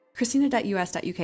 Christina.us.uk